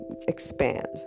expand